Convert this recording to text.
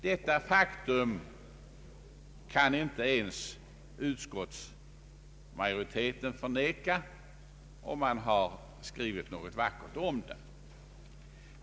Detta faktum kan inte ens utskottsmajoriteten förneka; man har skrivit något vackert om det.